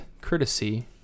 courtesy